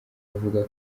avuga